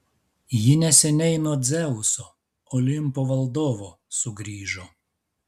ji neseniai nuo dzeuso olimpo valdovo sugrįžo